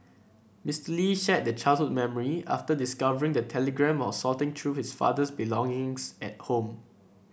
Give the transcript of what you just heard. Mister Lee shared the childhood memory after discovering the telegram while sorting through his father's belongings at home